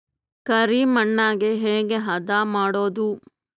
ಕರಿ ಮಣ್ಣಗೆ ಹೇಗೆ ಹದಾ ಮಾಡುದು?